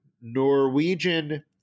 Norwegian